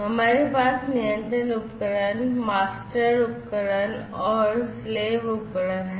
हमारे पास नियंत्रक उपकरण master उपकरण और slave उपकरण हैं